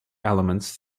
elements